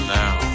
now